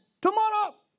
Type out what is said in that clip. tomorrow